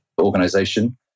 organization